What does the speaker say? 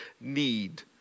need